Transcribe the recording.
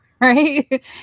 right